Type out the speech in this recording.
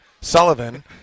Sullivan